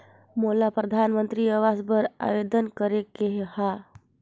मोला परधानमंतरी आवास बर आवेदन करे के हा?